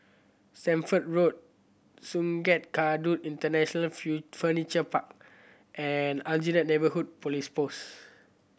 Stamford Road Sungei Kadut International Feel Furniture Park and Aljunied Neighbourhood Police Post